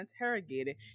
interrogated